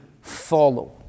follow